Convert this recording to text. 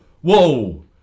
whoa